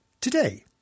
Today